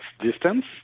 distance